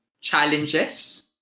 challenges